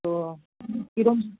তো কী রকম